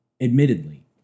admittedly